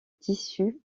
tissu